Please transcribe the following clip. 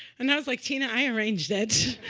and i was like, tina, i arranged it.